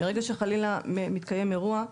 מרגע שחלילה מתקיים אירוע,